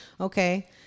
Okay